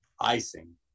icing